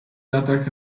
latach